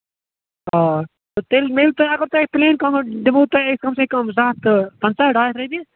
آ تیٚلہِ میلہِ تۄہہِ اَگر تۄہہِ پٔلین کانٛگرِ دِمہو تۄہہِ کَم سے کَم زٕ ہَتھ تہٕ پَنٛژاہ ڈاے ہَتھ رۄپیہِ